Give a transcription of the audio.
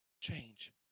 Change